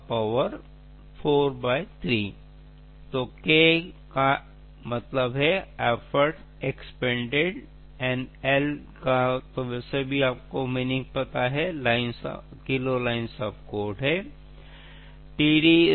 Putnam ने विश्लेषण किया कि उन्होंने बड़ी संख्या में सेना की परियोजनाओं का अध्ययन किया है और एल